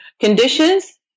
conditions